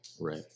Right